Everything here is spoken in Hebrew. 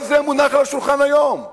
כל זה מונח על השולחן היום.